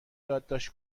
یادداشت